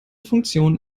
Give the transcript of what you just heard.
funktion